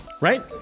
right